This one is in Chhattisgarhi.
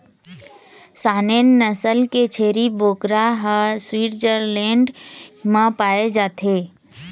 सानेन नसल के छेरी बोकरा ह स्वीटजरलैंड म पाए जाथे